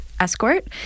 escort